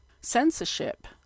censorship